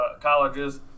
colleges